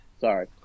Sorry